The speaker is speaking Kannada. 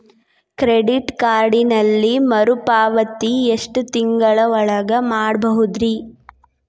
ಕ್ರೆಡಿಟ್ ಕಾರ್ಡಿನಲ್ಲಿ ಮರುಪಾವತಿ ಎಷ್ಟು ತಿಂಗಳ ಒಳಗ ಮಾಡಬಹುದ್ರಿ?